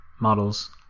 models